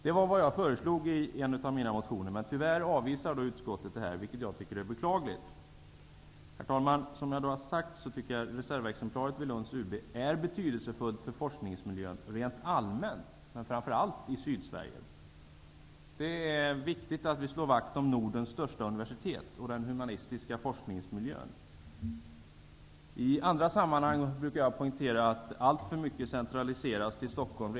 Det här har jag föreslagit i en av mina motioner, men tyvärr avvisar utskottet förslaget -- vilket jag tycker är beklagligt. Herr talman! Jag tycker att reservexemplaret vid Lunds UB är betydelsefullt för forskningsmiljön rent allmänt, men framför allt i Sydsverige. Det är viktigt att vi slår vakt om Nordens största universitet och den humanistiska forskningsmiljön. I andra sammanhang brukar jag poängtera att alltför mycket redan i dag centraliseras till Stockholm.